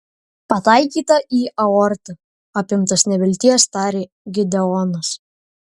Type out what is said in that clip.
pataikyta į aortą apimtas nevilties tarė gideonas